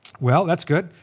well, that's good.